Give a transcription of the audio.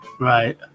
Right